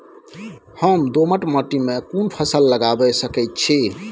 हम दोमट माटी में कोन फसल लगाबै सकेत छी?